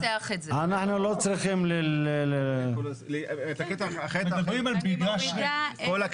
מדברים על מגרש ריק.